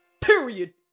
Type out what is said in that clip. Period